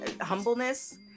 humbleness